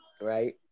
Right